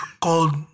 called